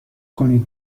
کنین